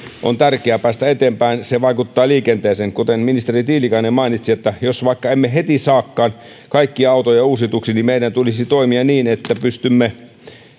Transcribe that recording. on tärkeää päästä eteenpäin se vaikuttaa liikenteeseen kuten ministeri tiilikainen mainitsi jos vaikka emme heti saakaan kaikkia autoja uusituksi niin meidän tulisi toimia niin että pystymme